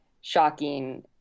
shocking